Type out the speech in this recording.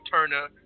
Turner